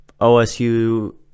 OSU